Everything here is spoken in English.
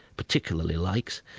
particularly likes.